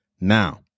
Now